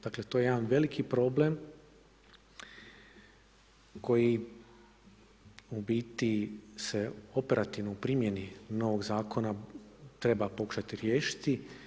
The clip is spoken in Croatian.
Dakle, to je jedan veliki problem koji u biti se operativno u primjeni novog zakona treba pokušati riješiti.